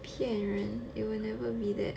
骗人 it'll never be that